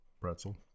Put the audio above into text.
pretzel